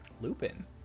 Lupin